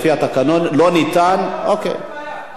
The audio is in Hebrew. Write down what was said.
לפי התקנון לא ניתן, אני רוצה ועדת כלכלה.